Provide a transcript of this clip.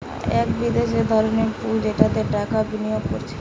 এক বিশেষ ধরনের পুল যেটাতে টাকা বিনিয়োগ কোরছে